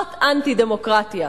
זאת אנטי-דמוקרטיה.